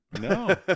No